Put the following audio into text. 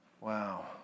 Wow